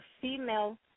female